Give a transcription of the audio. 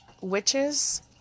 witches